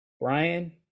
Brian